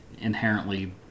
inherently